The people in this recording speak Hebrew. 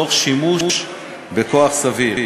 תוך שימוש בכוח סביר.